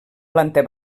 planta